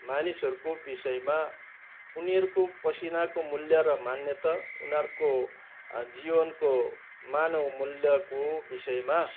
मानिसहरूको विषयमा उनीहरूको पसीनाको मूल्य र मान्यता उनीहरूको जीवनको मानव मूल्यको विषयमा